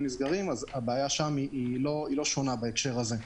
נסגרים אז הבעיה שם לא שונה בהקשר הזה.